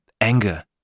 anger